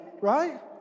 right